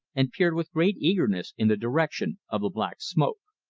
and peered with great eagerness in the direction of the black smoke.